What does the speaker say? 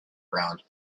round